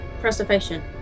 Preservation